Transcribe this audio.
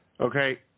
Okay